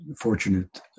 fortunate